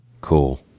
Cool